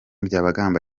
byabagamba